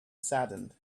saddened